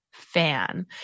fan